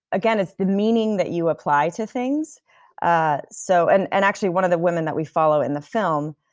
again it's the meaning that you apply to things ah so and and actually one of the woman that we follow in the film,